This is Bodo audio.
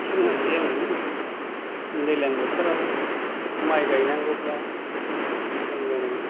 जों दैज्लां बोथोराव माइ गायनांगौब्ला सिगां जानायनि